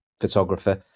photographer